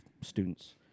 students